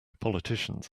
politicians